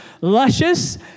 luscious